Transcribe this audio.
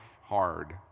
hard